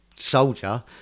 soldier